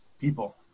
people